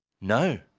No